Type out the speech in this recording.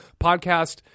podcast